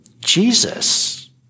Jesus